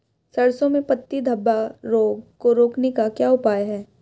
सरसों में पत्ती धब्बा रोग को रोकने का क्या उपाय है?